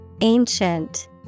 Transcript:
Ancient